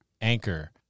Anchor